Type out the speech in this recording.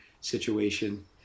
situation